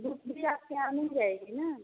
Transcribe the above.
book भी आपके यहाँ मिल जाएगी न